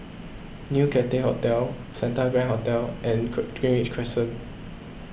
New Cathay Hotel Santa Grand Hotel and Greenridge Crescent